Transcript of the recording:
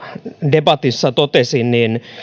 debatissa totesin niin